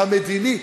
המדיני.